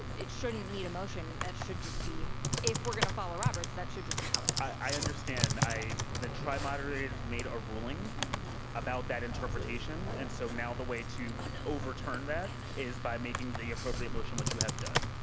it shouldn't need a motion. it should just be if we're going to follow roberts, that should just be how it is. i understand. the tr i-moderators made a ruling about that interpretation. and so now the way to overturn that is by making the appropriate motion, which you have done.